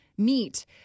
meet